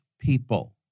people